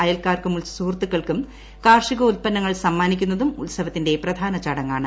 അയൽക്കാർക്കും സുഹൃത്തുകൾക്കും കാർഷികോത്പന്നങ്ങൾ സമ്മാനിക്കുന്നതും ഉത്സവത്തിന്റെ പ്രധാന ചടങ്ങാണ്